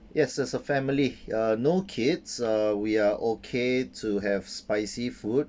yes as a family uh no kids uh we are okay to have spicy food